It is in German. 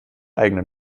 eigenen